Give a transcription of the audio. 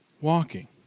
walking